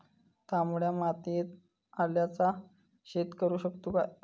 तामड्या मातयेत आल्याचा शेत करु शकतू काय?